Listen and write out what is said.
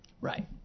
Right